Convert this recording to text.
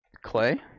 Clay